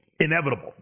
inevitable